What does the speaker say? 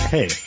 Hey